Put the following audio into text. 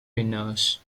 winners